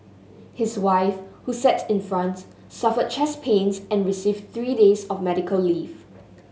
his wife who sat in front suffered chest pains and received three days of medical leave